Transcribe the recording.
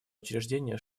учреждение